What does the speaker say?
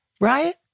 right